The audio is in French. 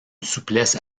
souplesse